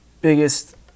biggest